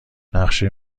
نقشه